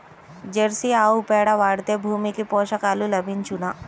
Jersey ఆవు పేడ వాడితే భూమికి పోషకాలు లభించునా?